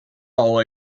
all